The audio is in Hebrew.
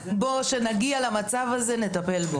כשנגיע למצב הזה נטפל בו.